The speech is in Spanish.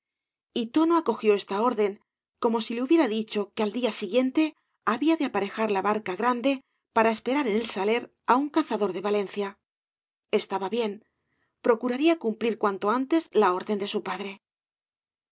y tono acogió esta orden ccmo si le hubiera dicho que al día siguiente había de aparejar la barca grande para esperar en el saler á un cazador de valencia estaba bien procuraría cumplir cuanto antes la orden de su padre t